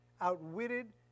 outwitted